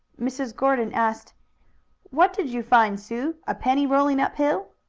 mrs. gordon asked what did you find, sue, a penny rolling up hill?